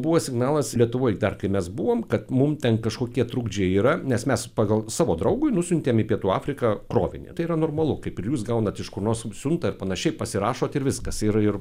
buvo signalas lietuvoj dar kai mes buvom kad mum ten kažkokie trukdžiai yra nes mes pagal savo draugui nusiuntėm į pietų afriką krovinį tai yra normalu kaip ir jūs gaunat iš kur nors siuntą ar panašiai pasirašot ir viskas ir ir